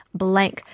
blank